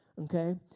okay